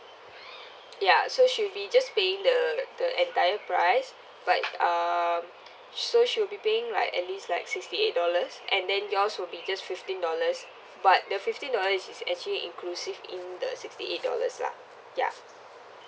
ya so she will be just paying the the entire price right um so she will be paying like at least like sixty eight dollars and then yours will be just fifteen dollars but the fifteen dollar is actually inclusive in the sixty eight dollars lah ya